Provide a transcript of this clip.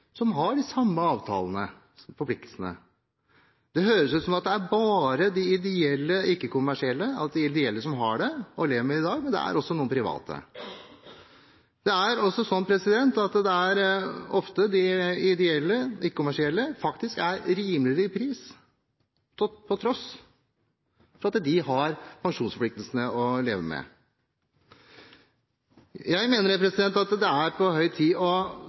som har de samme avtalene og forpliktelsene. Det høres ut som at det er bare de ideelle ikke-kommersielle som har det og lever med det i dag, men det er også noen private. Ofte er de ideelle ikke-kommersielle faktisk rimeligere i pris, på tross av at de har pensjonsforpliktelsene å leve med. Jeg mener det er på høy tid å